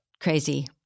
crazy